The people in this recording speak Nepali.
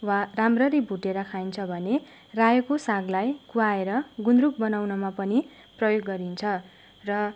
वा राम्ररी भुटेर खाइन्छ भने रायोको सागलाई कुवाएर गुन्द्रुक बनाउनमा पनि प्रयोग गरिन्छ र